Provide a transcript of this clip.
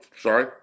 sorry